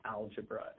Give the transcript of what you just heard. algebra